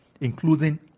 including